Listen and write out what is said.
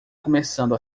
começando